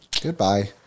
Goodbye